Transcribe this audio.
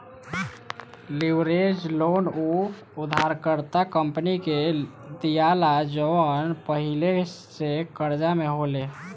leverage loan उ उधारकर्ता company के दीआला जवन पहिले से कर्जा में होले